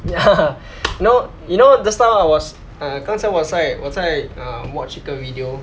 ya you know you know just now I was ah 刚才我在我在 ah watch 一个 video